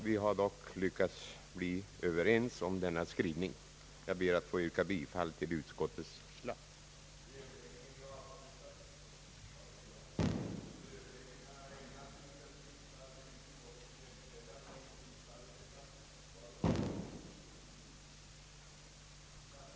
Vi har dock lyckats bli eniga om utskottets skrivning och jag ber att få yrka bifall till utskottets förslag.